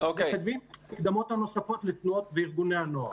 שלא מקבלים את המקדמות הנוספות לתנועות ולארגוני הנוער.